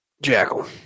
Jackal